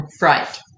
right